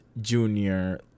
junior